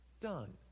done